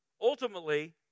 Ultimately